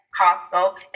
Costco